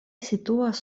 situas